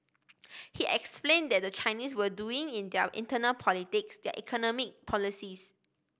he explained that the Chinese were doing in their internal politics their economic policies